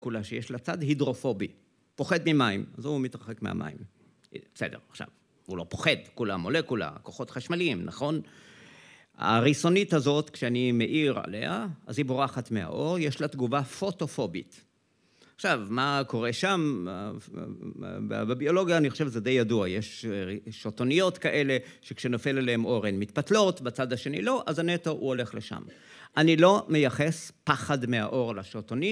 כולה שיש לה צד הידרופובי, פוחד ממים, אז הוא מתרחק מהמים. בסדר, עכשיו, הוא לא פוחד, כולה מולקולה, כוחות חשמליים, נכון? הריסונית הזאת, כשאני מאיר עליה, אז היא בורחת מהאור, יש לה תגובה פוטופובית. עכשיו, מה קורה שם? בביולוגיה אני חושב שזה די ידוע, יש שוטוניות כאלה, שכשנפל אליהן אור הן מתפתלות, בצד השני לא, אז הנטע הוא הולך לשם. אני לא מייחס פחד מהאור לשוטונים